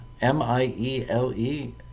m-i-e-l-e